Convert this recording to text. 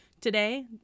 today